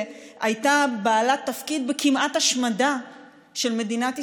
הייתה בעלת תפקיד בכמעט השמדה של מדינת ישראל,